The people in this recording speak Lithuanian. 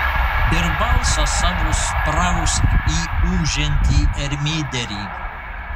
ir balsą savo sprausk į ūžiantį ermyderį